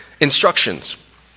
instructions